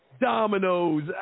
Dominoes